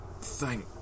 thank